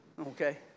okay